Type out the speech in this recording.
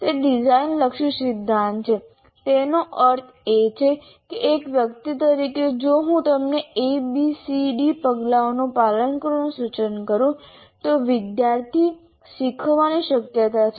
તે ડિઝાઇન લક્ષી સિદ્ધાંત છે તેનો અર્થ એ છે કે એક વ્યક્તિ તરીકે જો હું તમને a b c d પગલાઓનું પાલન કરવાનું સૂચન કરું તો વિદ્યાર્થી શીખવાની શક્યતા છે